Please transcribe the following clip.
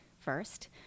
first